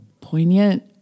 poignant